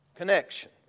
Connection